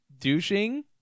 douching